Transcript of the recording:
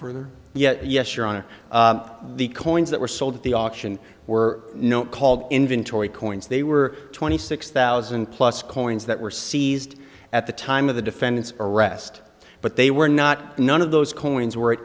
further yet yes your honor the coins that were sold at the auction were not called inventory coins they were twenty six thousand plus coins that were seized at the time of the defendant's arrest but they were not none of those coins were